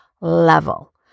level